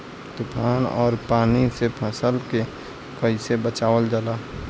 तुफान और पानी से फसल के कईसे बचावल जाला?